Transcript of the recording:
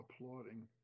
applauding